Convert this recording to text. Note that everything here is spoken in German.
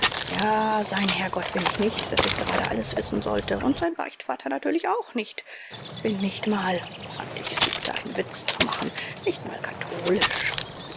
ja sein herrgott bin ich nicht daß ich gerade alles wissen sollte und sein beichtvater natürlich auch nicht bin nicht mal fantig suchte einen witz zu machen nicht mal katholisch